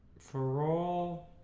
for all